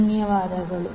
ಧನ್ಯವಾದಗಳು